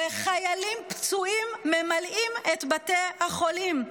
וחיילים פצועים ממלאים את בתי החולים,